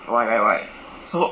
why why why so